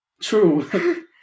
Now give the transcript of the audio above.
True